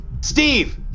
Steve